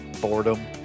Boredom